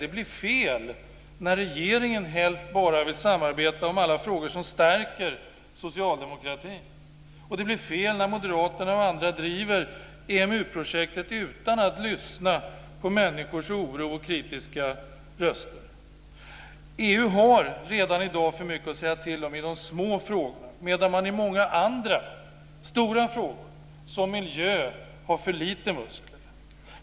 Det blir fel när regeringen helst bara vill samarbeta om alla frågor som stärker socialdemokratin. Och det blir fel när moderaterna och andra driver EMU-projektet utan att lyssna på människors oro och kritiska röster. EU har redan i dag för mycket att säga till om i de små frågorna medan man i många andra stora frågor, som miljön, har för lite muskler.